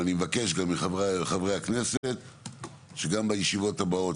ואני מבקש גם מחברי הכנסת שגם בישיבות הבאות,